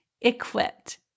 equipped